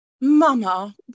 Mama